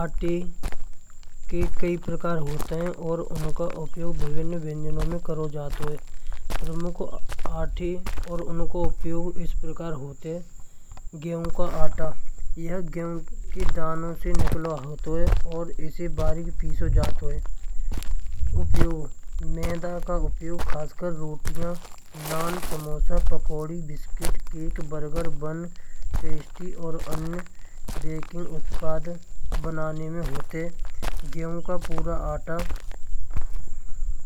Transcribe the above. आटै कई कई प्रकार होतै हैं। और उनको उपयोग विभन्न व्यंजनों मँ करौ जातो हय। प्रमुख और उनको उपयोग इस प्रकार होतौ हय। गैंहूं का आट यह गैंहूं कै दानों सै निकालौ होतौ हय। और इसी बारीक पिचा जात होई। उपयोग, उपयोग मैदा का उपयोग खासर रोटियाँ नाम समोसा पकौड़ी biscuit, cake, burger, bun, pastry और अनय कई उत्पाद बनाने में होतैं हय। गेहूं का पूरा आटा।